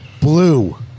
Blue